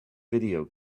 video